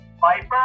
Viper